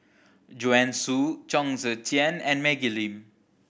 Joanne Soo Chong Tze Chien and Maggie Lim